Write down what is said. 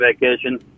vacation